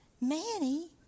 Manny